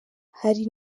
hari